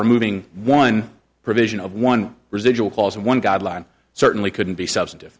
removing one provision of one residual clause and one guideline certainly couldn't be substantive